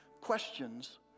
questions